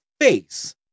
face